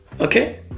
Okay